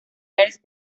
ernst